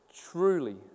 truly